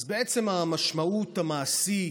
אז בעצם המשמעות המעשית,